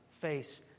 face